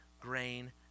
grain